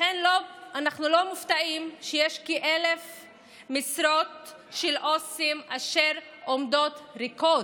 לכן אנחנו לא מופתעים שיש כ-1,000 משרות של עו"סים אשר עומדות ריקות,